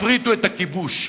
הפריטו את הכיבוש,